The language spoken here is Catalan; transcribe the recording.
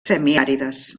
semiàrides